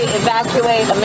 evacuate